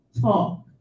talk